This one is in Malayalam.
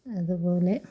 അതുപോലെ